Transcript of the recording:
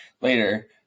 later